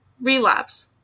relapse